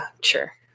sure